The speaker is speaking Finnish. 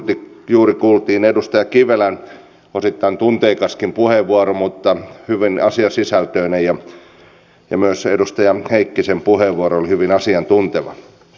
äsken juuri kuultiin edustaja kivelän osittain tunteikaskin puheenvuoro mutta hyvin asiasisältöinen ja myös edustaja heikkisen puheenvuoro oli hyvin asiantunteva